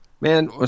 Man